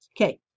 Okay